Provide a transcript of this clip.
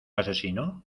asesino